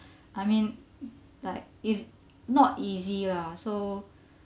I mean like it's not easy lah so